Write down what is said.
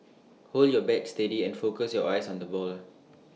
hold your bat steady and focus your eyes on the ball